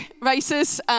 races